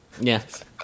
Yes